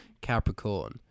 Capricorn